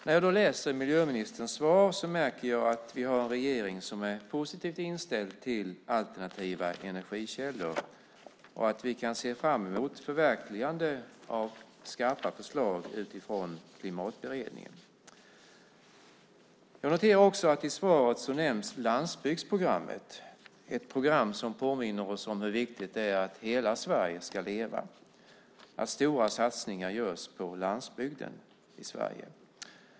När jag då läser miljöministerns svar märker jag att vi har en regering som är positivt inställd till alternativa energikällor och att vi kan se fram emot förverkligande av skarpa förslag utifrån Klimatberedningen. Jag noterar också att i svaret nämns landsbygdsprogrammet, ett program som påminner oss om hur viktigt det är att hela Sverige ska leva, att stora satsningar görs på landsbygden i Sverige.